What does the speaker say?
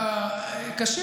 קשה,